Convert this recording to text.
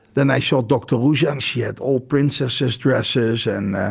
then i saw dr. ruja, and she had all princess's dresses. and